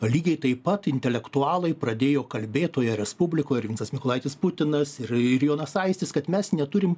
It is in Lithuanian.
lygiai taip pat intelektualai pradėjo kalbėt toje respublikoj ir vincas mykolaitis putinas ir ir jonas aistis kad mes neturim